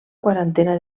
quarantena